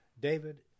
David